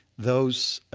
those